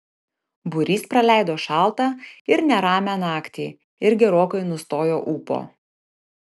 būrys praleido šaltą ir neramią naktį ir gerokai nustojo ūpo